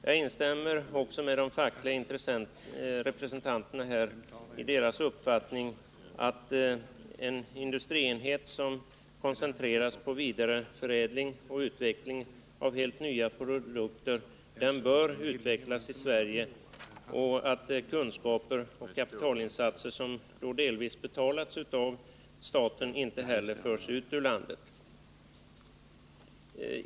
Jag instämmer i de fackliga representanternas uppfattning att en industrienhet som koncentreras på vidareförädling och utveckling av helt nya produkter bör utvecklas i Sverige. Kunskaper och kapitalinsatser som delvis har betalats av staten bör inte heller föras ut ur landet.